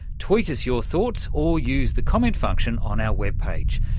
tweet us your thoughts or use the comment function on our webpage,